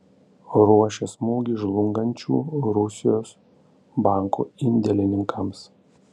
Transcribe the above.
ruošia smūgį žlungančių rusijos bankų indėlininkams